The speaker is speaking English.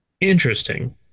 Interesting